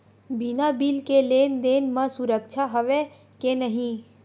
बिना बिल के लेन देन म सुरक्षा हवय के नहीं?